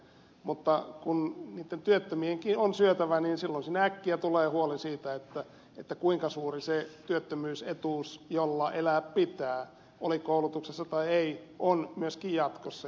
mutta kun niitten työttömienkin on syötävä niin silloin siinä äkkiä tulee huoli siitä kuinka suuri se työttömyysetuus jolla elää pitää oli koulutuksessa tai ei on myöskin jatkossa